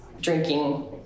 drinking